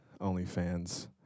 OnlyFans